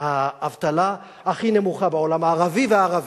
האבטלה הכי נמוכה בעולם המערבי והערבי,